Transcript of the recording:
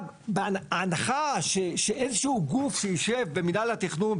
ההנחה שאיזשהו גוף שיישב במינהל התכנון,